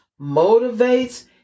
motivates